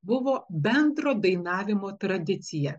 buvo bendro dainavimo tradicija